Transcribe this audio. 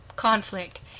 conflict